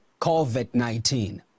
COVID-19